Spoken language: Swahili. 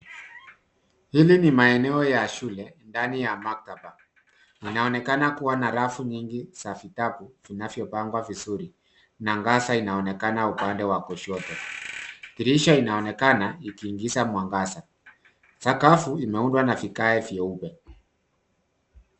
Hili ni maeneo ya shule, ndani ya maktaba. Kunaonekana kua na rafu nyingi za vitabu zinavypangwa vizuri, na ngaza inaonekana upande wa kushoto. Dirisha inaonekana ikiingisha mwangaza. Sakafu imeundwa na vigae vyeupe.